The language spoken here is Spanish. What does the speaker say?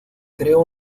creó